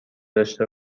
داشته